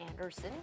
Anderson